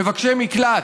מבקשי מקלט,